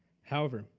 however,